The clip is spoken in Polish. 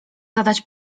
zadać